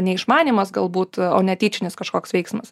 neišmanymas galbūt o ne tyčinis kažkoks veiksmas